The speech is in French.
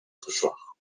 trottoir